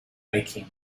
making